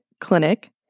clinic